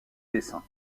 dessin